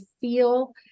feel